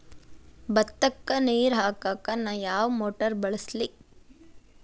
ಭತ್ತಕ್ಕ ನೇರ ಹಾಕಾಕ್ ನಾ ಯಾವ್ ಮೋಟರ್ ಬಳಸ್ಲಿ?